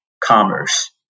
commerce